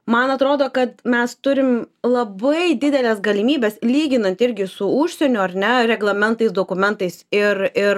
man atrodo kad mes turim labai dideles galimybes lyginant irgi su užsieniu ar ne reglamentais dokumentais ir ir